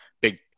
Big